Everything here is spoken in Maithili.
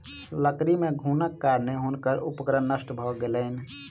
लकड़ी मे घुनक कारणेँ हुनकर उपकरण नष्ट भ गेलैन